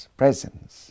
presence